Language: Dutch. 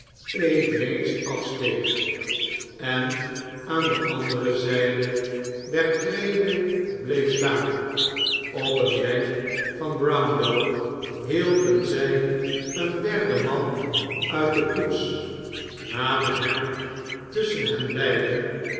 eveneens afsteeg en aan de andere zijde der trede bleef staan op een wenk van brownlow hielpen zij een derden man uit de koets namen hem tusschen hen beiden